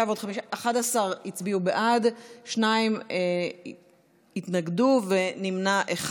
11 הצביעו בעד, שניים התנגדו ואחד נמנע.